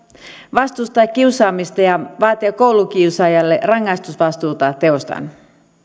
vastustaa kiusaamista ja vaatia koulukiusaajalle rangaistusvastuuta teostaan